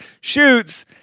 shoots